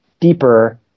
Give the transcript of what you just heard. deeper